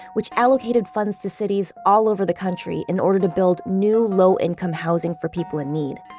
which allocated funds to cities all over the country in order to build new low income housing for people in need.